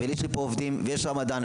יש לי פה עובדים ויש רמדאן,